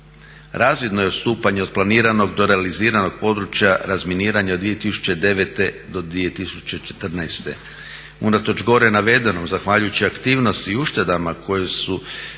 Razvidno je odstupanje od planiranog do realiziranog područja razminiranja od 2009.-2014. Unatoč gore navedenog zahvaljujući aktivnosti i uštedama koje su